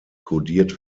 kodiert